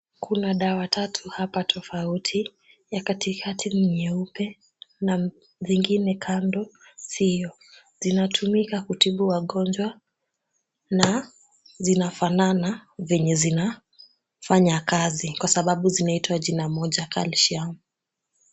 Kuna dawa tatu hapa tofauti. Ya katikati ni nyeupe na zingine kando siyo. Zinatumika kutibu wagonjwa na zinafanana venye zinafanya kazi kwa sababu zinaitwa jina moja Calcium.